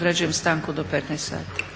Određujem stanku do 15,00 sati.